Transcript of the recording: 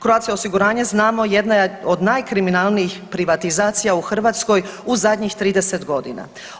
Croatia osiguranje znamo jedna je od najkriminalnijih privatizacija u Hrvatskoj u zadnjih 30 godina.